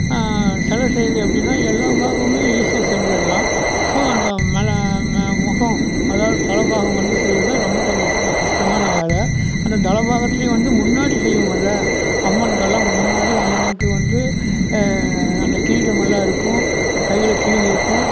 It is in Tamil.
சில செய்யறது எப்படின்னா எல்லா பாகமுமே ஈஸியாக செஞ்சிரலாம் ஸோ அந்த மழ ம மேகம் அதாவது தலை பாகம் வந்து செய்யறது தான் ரொம்ப கொஞ்சம் சி கஷ்டமான வேலை அந்த தலை பாகத்துலையும் வந்து முன்னாடி செய்வோமுல்ல அம்மனுக்கெல்லாம் முன்னாடி அம்மன்க்கு வந்து அந்த க்ரீடமெல்லாம் இருக்கும் கையில் கிழி இருக்கும்